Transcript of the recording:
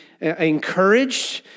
encouraged